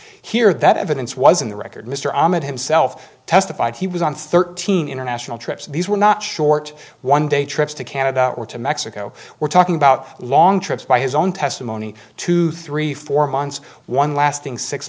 here that evidence was in the record mr ahmed himself testified he was on thirteen international trips these were not short one day trips to canada or to mexico we're talking about long trips by his own testimony to three four months one lasting six